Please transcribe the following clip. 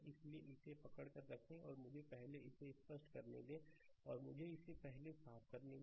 इसलिए बस इसे पकड़ कर रखें मुझे पहले इसे स्पष्ट करने दें और मुझे इसे पहले साफ़ करने दें